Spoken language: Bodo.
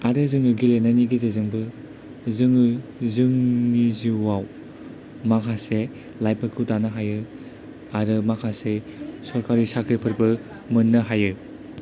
आरो जोंनि गेलेनायनि गेजेरजोंबो जोङो जोंनि जिउआव माखासे लायफफोरखौ दानो हायो आरो माखासे सरकारि साख्रिफोरबो मोननो हायो